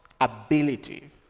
ability